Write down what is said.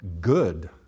good